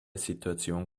situation